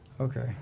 Okay